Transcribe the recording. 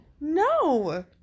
no